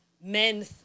men